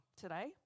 today